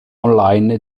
online